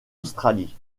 australie